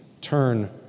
Turn